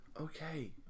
Okay